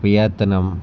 Vietnam